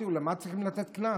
אומר: למה צריכים לתת קנס?